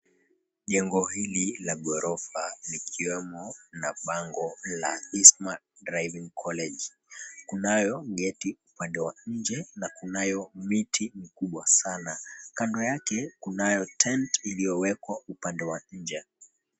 Jengo hili la ghorofa likiwemo na bango la Kisma Driving College kunayo geti ya mado nje na kunayo miti mkubwa sana. Kando yake kunayo tent iliyowekwa upande wa nje.